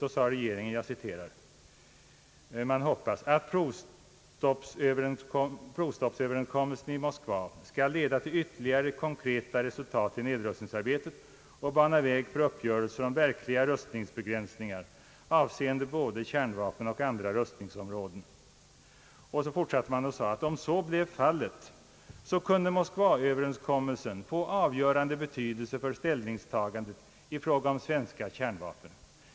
Då sade regeringen att den hoppades »att provstoppsöverenskommelsen i Moskva skulle leda till ytterligare konkreta resultat i nedrustningsarbetet och bana väg för uppgörelser om verkliga rustningsbegränsningar, avseende både kärnvapen och andra rustningsområden». Man tilllade att om så blev fallet kunde »Moskvaöverenskommelsen få avgörande betydelse för ställningstagandet i frågan om svenska kärnvapen».